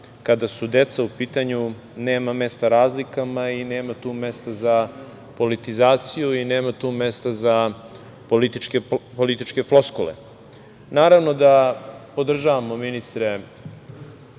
kada su deca u pitanju nema mesta razlikama i nema tu mesta za politizaciju i nema tu mesta za političke floskule. Naravno da podržavamo, ministre,